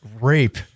rape